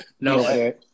No